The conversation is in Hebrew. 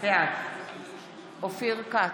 בעד אופיר כץ,